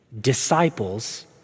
disciples